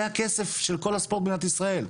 זה הכסף של כל הספורט במדינת ישראל.